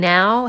Now